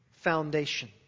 foundation